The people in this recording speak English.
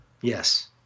Yes